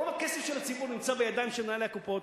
רוב הכסף של הציבור נמצא בידיים של מנהלי הקופות.